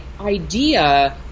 idea